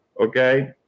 Okay